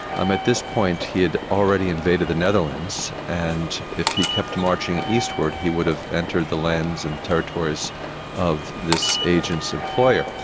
um at that this point he had already invaded the netherlands, and if he kept marching eastward, he would have entered the lands and territories of this agent's employer.